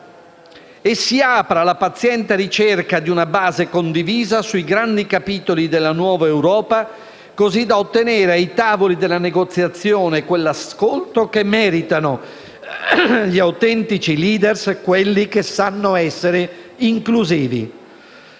e si apra alla paziente ricerca di una base condivisa sui grandi capitoli della nuova Europa, così da ottenere ai tavoli della negoziazione quell'ascolto che meritano gli autentici *leader*, quelli che sanno essere inclusivi.